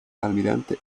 almirante